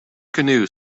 canoe